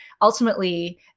ultimately